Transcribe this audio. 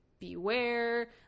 beware